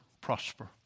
prosper